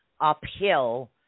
uphill